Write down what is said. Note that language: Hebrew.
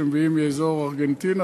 שמביאים מאזור ארגנטינה,